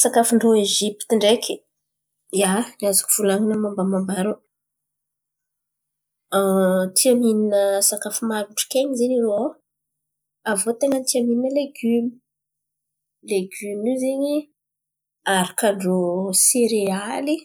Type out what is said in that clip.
Sakafon-drô Ezipity ndreky! Ia, azoko volan̈ana momba momba irô tia mihin̈a sakafo maharitry kainy zen̈y irô. Avô ten̈a tia mihin̈a legimo, io zen̈y araka ndrô serialy